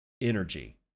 energy